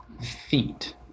feet